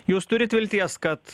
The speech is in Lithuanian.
jūs turit vilties kad